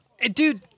Dude